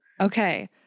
Okay